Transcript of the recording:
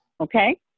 Okay